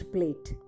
Plate